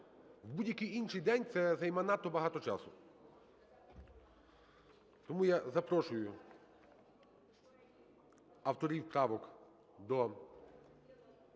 В будь-який інший день це займе надто багато часу. Тому я запрошую авторів правок до